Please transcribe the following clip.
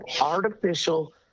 artificial